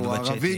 והתקציב מתחלק,